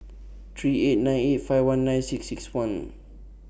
three eight nine eight five one nine six six one